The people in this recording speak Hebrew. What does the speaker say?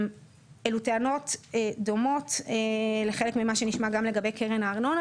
אלו טענות דומות לחלק ממה שנשמע גם לגבי קרן הארנונה,